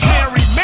Mary